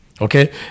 okay